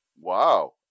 Wow